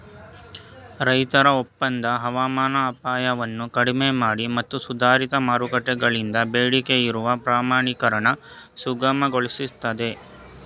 ರೈತರ ಒಪ್ಪಂದ ಹವಾಮಾನ ಅಪಾಯವನ್ನು ಕಡಿಮೆಮಾಡಿ ಮತ್ತು ಸುಧಾರಿತ ಮಾರುಕಟ್ಟೆಗಳಿಂದ ಬೇಡಿಕೆಯಿರುವ ಪ್ರಮಾಣೀಕರಣ ಸುಗಮಗೊಳಿಸ್ತದೆ